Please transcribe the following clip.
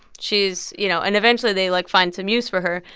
she is you know, and eventually, they, like, find some use for her,